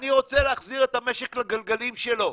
אני רוצה להחזיר את המשק לגלגלים שלו,